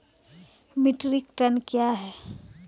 Metric ton कया हैं?